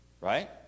Right